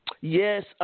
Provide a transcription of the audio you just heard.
Yes